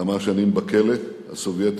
כמה שנים בכלא הסובייטי.